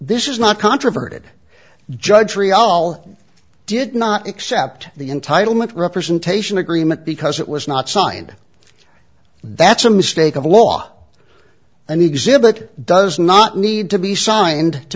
this is not controverted judge ryall did not accept the entitle mint representation agreement because it was not signed that's a mistake of law an exhibit does not need to be signed to